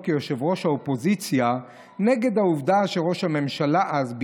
כיושב-ראש האופוזיציה נגד העובדה שראש הממשלה אז,